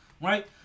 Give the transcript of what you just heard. right